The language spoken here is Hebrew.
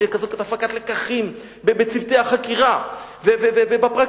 היתה כזאת הפקת לקחים בצוותי החקירה ובפרקליטות,